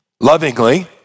lovingly